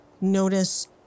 notice